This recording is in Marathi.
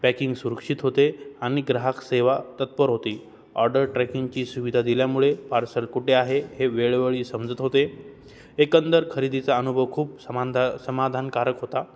पॅकिंग सुरक्षित होते आणि ग्राहक सेवा तत्पर होती ऑर्डर ट्रॅकिंगची सुविधा दिल्यामुळे पार्सल कुठे आहे हे वेळोवेळी समजत होते एकंदर खरेदीचा अनुभव खूप समानदा समाधानकारक होता